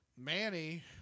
Manny